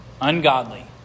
Ungodly